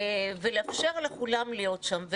ולאפשר לכולם להיות שם.